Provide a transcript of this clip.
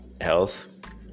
health